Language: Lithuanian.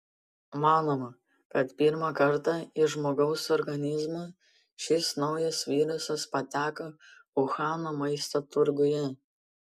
manoma kad pirmą kartą į žmogaus organizmą šis naujas virusas pateko uhano maisto turguje